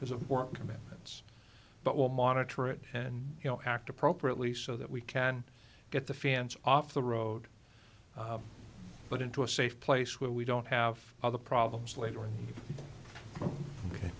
because of work commitments but we'll monitor it and you know act appropriately so that we can get the fans off the road but into a safe place where we don't have other problems later in